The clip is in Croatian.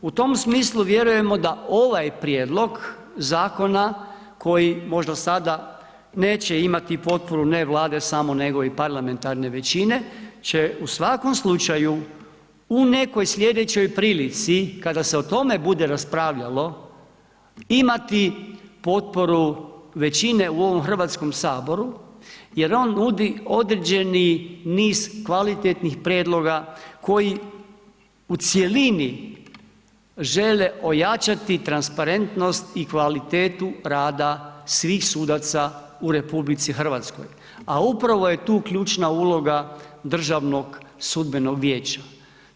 U tom smislu vjerujemo da ovaj prijedlog zakona koji možda sada neće imati potporu, ne Vlade samo nego i parlamentarne većine, će u svakom slučaju u nekoj sljedećoj prilici, kada se o tome bude raspravljalo, imati potporu većine u ovom HS-u jer on nudi određeni niz kvalitetnih prijedloga koji u cjelini žele ojačati transparentnost i kvalitetu rada svih sudaca u RH, a upravo je tu ključna uloga DSV-a.